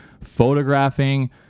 photographing